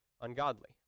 ungodly